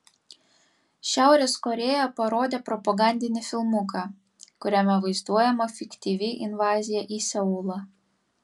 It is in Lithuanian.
šiaurės korėja parodė propagandinį filmuką kuriame vaizduojama fiktyvi invazija į seulą